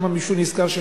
כי מישהו נזכר כנראה